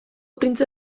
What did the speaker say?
printze